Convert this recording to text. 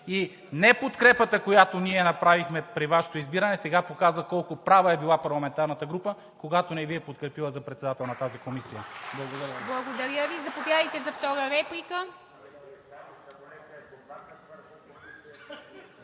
и неподкрепата, която ние направихме при Вашето избиране, сега показва колко права е била парламентарната група, когато не Ви е подкрепила за председател на тази комисия. Благодаря. (Ръкопляскания от „БСП за